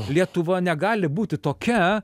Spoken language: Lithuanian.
lietuva negali būti tokia